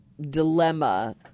Dilemma